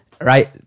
right